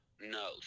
No